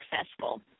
successful